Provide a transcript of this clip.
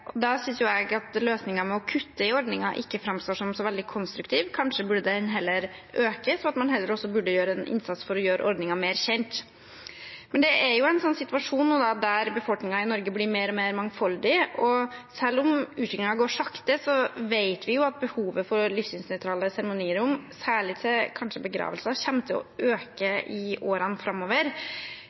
burde den heller økes ved at man gjør en innsats for å gjøre ordningen mer kjent. Det er jo nå en situasjon der befolkningen i Norge blir mer og mer mangfoldig, og selv om utviklingen går sakte, vet vi at behovet for livssynsnøytrale seremonirom, kanskje særlig til begravelser, kommer til å øke i årene framover.